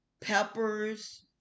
Peppers